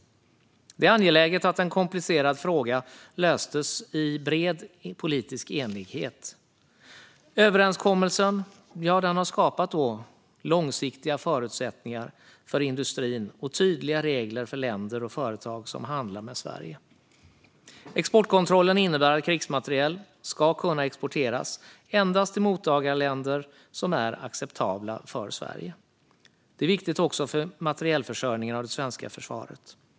Det var angeläget att en komplicerad fråga löstes i bred politisk enighet. Överenskommelsen har skapat långsiktiga förutsättningar för industrin och tydliga regler för länder och företag som handlar med Sverige. Exportkontrollen innebär att krigsmateriel ska kunna exporteras endast till mottagarländer som är acceptabla för Sverige. Det är viktigt också för materielförsörjningen av det svenska försvaret.